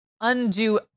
undo